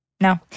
no